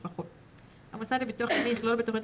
לפחות; המוסד לביטוח הלאומי יכלול בתכנית